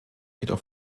jedoch